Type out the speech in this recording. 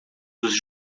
dos